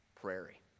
prairie